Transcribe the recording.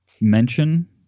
mention